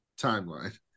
timeline